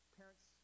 parents